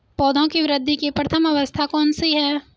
पौधों की वृद्धि की प्रथम अवस्था कौन सी है?